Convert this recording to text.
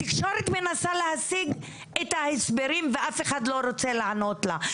התקשורת מנסה להשיג את ההסברים ואף אחד לא רוצה לענות לה.